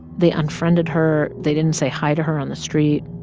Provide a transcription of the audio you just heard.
they unfriended her. they didn't say hi to her on the street,